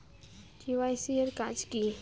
KYC এর কাজ কি?